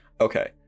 okay